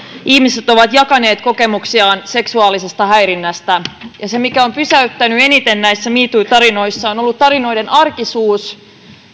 ihmiset ovat jakaneet kokemuksiaan seksuaalisesta häirinnästä se mikä on pysäyttänyt eniten näissä me too tarinoissa on on ollut tarinoiden arkisuus